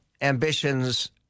ambitions